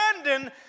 abandon